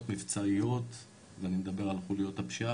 מבצעיות ואני מדבר על חוליות הפשיעה,